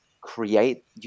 create